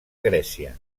grècia